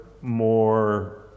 more